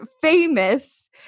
famous